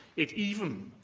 it even,